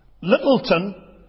Littleton